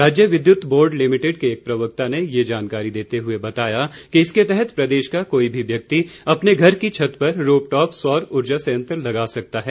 राज्य विद्युत board limited के एक प्रवक्ता ने ये जानकारी देते हुए बताया कि इसके तहत प्रदेश का कोई भी व्यक्ति अपने घर की छत पर रूफटॉप सौर उर्जा संयंत्र लगा सकता है